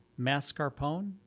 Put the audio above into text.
mascarpone